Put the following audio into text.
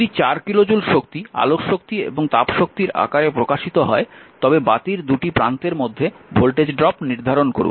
যদি 4 kilo joule শক্তি আলোক শক্তি এবং তাপ শক্তির আকারে প্রকাশিত হয় তবে বাতির দুটি প্রান্তের মধ্যে ভোল্টেজ ড্রপ নির্ধারণ করুন